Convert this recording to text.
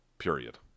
Period